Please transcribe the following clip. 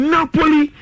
Napoli